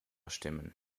stimmen